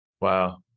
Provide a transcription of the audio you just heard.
Wow